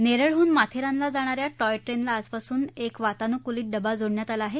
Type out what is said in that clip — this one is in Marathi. नेरळहून माथेरानला जाणाऱ्या टॉय ट्रेनला आजपासून एक वातानुकूलित डबा जोडण्यात आला आहे